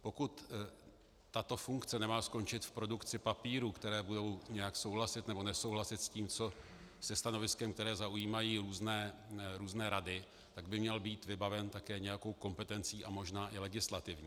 Pokud tato funkce nemá skončit v produkci papírů, které budou nějak souhlasit, nebo nesouhlasit se stanoviskem, které zaujímají různé rady, tak by měl být vybaven také nějakou kompetencí a možná i legislativou.